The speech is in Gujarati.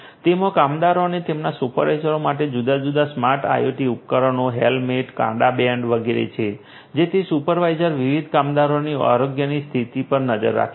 તેમાં કામદારો અને તેમના સુપરવાઈઝરો માટે જુદા જુદા સ્માર્ટ IoT ઉપકરણો હેલ્મેટ કાંડા બેન્ડ વગેરે છે જેથી સુપરવાઈઝર વિવિધ કામદારોની આરોગ્યની સ્થિતિ પર નજર રાખી શકે